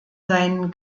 seinen